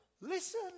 Listen